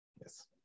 Yes